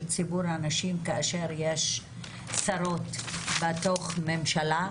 ציבור הנשים כאשר יש שרות בתוך ממשלה,